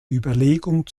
überlegung